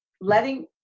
letting